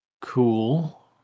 Cool